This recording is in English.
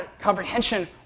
comprehension